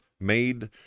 made